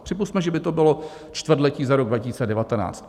Připusťme, že by to bylo čtvrtletí za rok 2019.